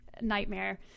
nightmare